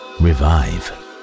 revive